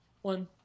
One